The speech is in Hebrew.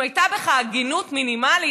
אם הייתה בך הגינות מינימלית,